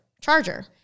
charger